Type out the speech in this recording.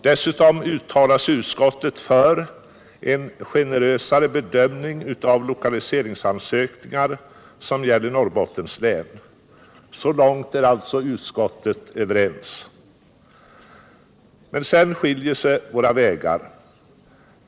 Dessutom uttalar sig utskottet för en generösare bedömning av lokaliseringsansökningar som gäller Norrbottens län. Så långt är alltså utskottet enigt. Men sedan skiljer sig våra vägar.